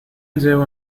lleva